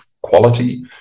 quality